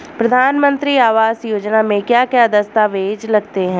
प्रधानमंत्री आवास योजना में क्या क्या दस्तावेज लगते हैं?